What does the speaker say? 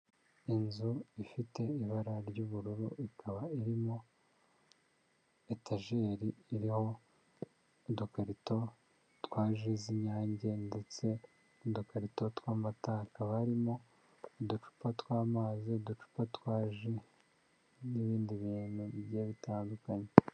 Inzu ifite ibara ry'ubururu ikaba irimo etajeri iriho udukarito twa ji z'Inyange ndetse n'udukarito tw'amata, hakaba harimo uducupa tw'amazi, uducupa twa ji n'ibindi bintu bigiye bitandukanye.